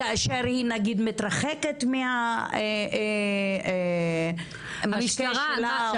כאשר היא נגיד מתרחקת מהמשקה שלה.